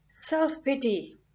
self-pity